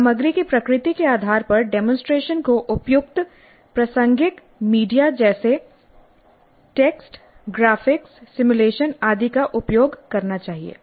सामग्री की प्रकृति के आधार पर डेमोंसट्रेशन को उपयुक्तप्रासंगिक मीडिया जैसे text graphics simulationआदि का उपयोग करना चाहिए